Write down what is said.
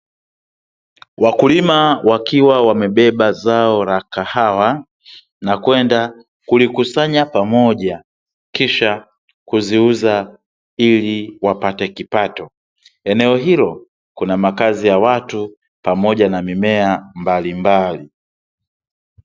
Wakulima wakiwa wamebeba zao la kahawa na kwenda kulikusanya pamoja, kisha kuziuza ili wapate kipato. Eneo hilo, kuna makazi ya watu pamoja na mimea mbalimbali.